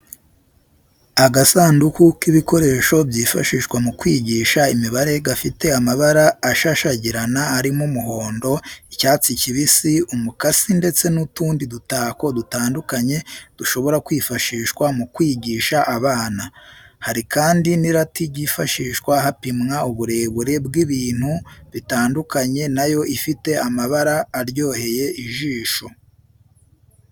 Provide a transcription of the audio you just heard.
Agasanduku k'ibikoresho byifashishwa mu kwigisha imibare gafite amabara ashashagirana arimo umuhondo, icyatsi kibisi, umukasi ndetse n'utundi dutako dutandukanye dushobora kwifashishwa mu kwigisha abana. Hari kandi n'irati yifashishwa hapimwa uburebure bw'ibintu bitandukanye na yo ifite amabara aryoheye ijisho.